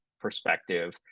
perspective